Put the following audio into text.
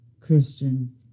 Christian